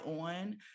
on